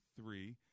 three